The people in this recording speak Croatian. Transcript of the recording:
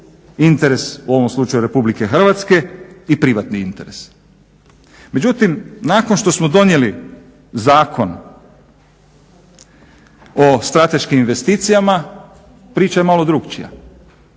interes u ovom slučaju RH i privatni interes. Međutim nakon što smo donijeli Zakon o strateškim investicijama, priča je malo drukčija.